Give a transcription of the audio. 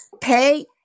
pay